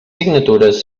signatures